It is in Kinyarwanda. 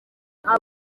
ndi